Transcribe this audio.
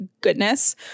goodness